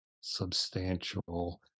substantial